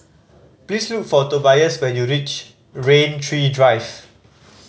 please look for Tobias when you reach Rain Tree Drive